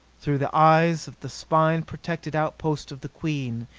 through the eyes of the spine protected outpost of the queen,